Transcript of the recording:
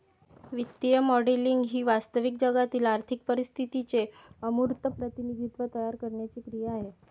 वित्तीय मॉडेलिंग ही वास्तविक जगातील आर्थिक परिस्थितीचे अमूर्त प्रतिनिधित्व तयार करण्याची क्रिया आहे